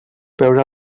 veure